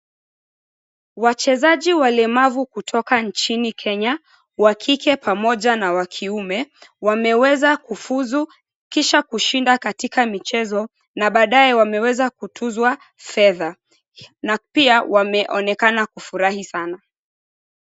Wachezaji walemavu kutoka nchini Kenya, wa kike pamoja na wa kiume, wameweza kufuzu kisha kushinda katika michezo, na baadaye wameweza kutuzwa fedha na pia wameonekana kufurahi sana.